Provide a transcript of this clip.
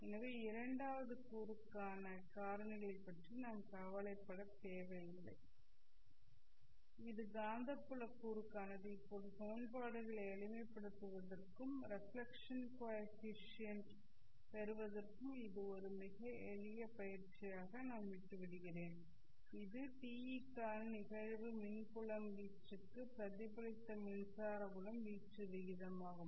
எனவே இரண்டாவது கூறுக்கான ஃபேஸ் காரணிகளைப் பற்றி நாம் கவலைப்பட வேண்டியதில்லை இது காந்தப்புலக் கூறுக்கானது இப்போது சமன்பாடுகளை எளிமைப்படுத்துவதற்கும் ரெஃப்ளெக்க்ஷன் கோ எஃபிசியன்ட் பெறுவதற்கும் இது ஒரு மிக எளிய பயிற்சியாக நான் விட்டு விடுகிறேன் இது TE க்கிற்கான நிகழ்வு மின் புலம் வீச்சுக்கு பிரதிபலித்த மின்சார புலம் வீச்சு விகிதமாகும்